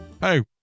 Hey